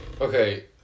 Okay